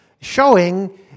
showing